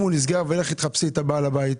אם הוא נסגר, לכי ותחפשי את בעל הבית.